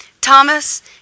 Thomas